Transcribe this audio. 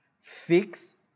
fix